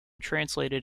translated